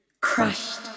crushed